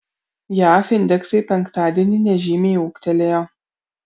jav indeksai penktadienį nežymiai ūgtelėjo